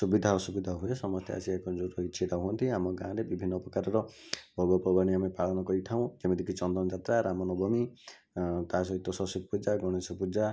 ସୁବିଧା ଅସୁବିଧା ହୁଏ ସମସ୍ତେ ଆସି ଏକଜୁଟ୍ ହେଇ ଛିଡ଼ା ହୁଅନ୍ତି ଆମ ଗାଁ'ରେ ବିଭିନ୍ନ ପ୍ରକାରର ପର୍ବପର୍ବାଣି ଆମେ ପାଳନ କରିଥାଉ ଏମିତିକି ଚନ୍ଦନ ଯାତ୍ରା ରାମ ନବମୀ ତା ସହିତ ସରସ୍ୱତୀ ପୂଜା ଗଣେଶ ପୂଜା